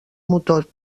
motor